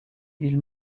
ils